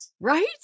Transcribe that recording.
Right